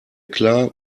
klar